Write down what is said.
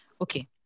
Okay